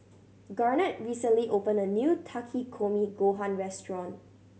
Garnett recently opened a new Takikomi Gohan Restaurant